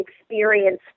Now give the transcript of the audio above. experience